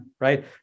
right